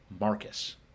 Marcus